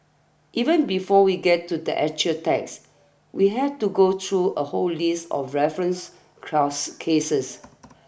even before we get to the actual text we have to go through a whole list of referenced cross cases